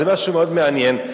זה משהו מאוד מעניין,